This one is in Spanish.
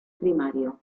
primario